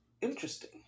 interesting